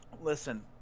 Listen